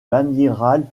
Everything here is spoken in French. l’amiral